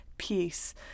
peace